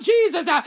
Jesus